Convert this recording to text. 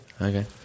Okay